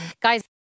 guys